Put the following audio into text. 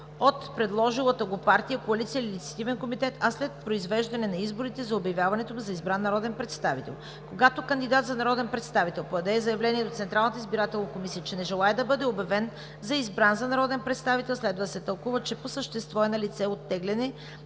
от предложилата го партия, коалиция или инициативен комитет, а след произвеждане на изборите за обявяването му за избран за народен представител. Когато кандидатът за народен представител подаде заявление до Централната избирателна комисия, че не желае да бъде обявен за избран за народен представител, следва да се тълкува, че по същество е налице оттегляне